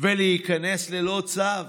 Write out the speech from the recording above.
ולהיכנס ללא צו.